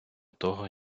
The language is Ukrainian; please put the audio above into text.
того